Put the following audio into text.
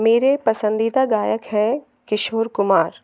मेरे पसंदीदा गायक हैं किशोर कुमार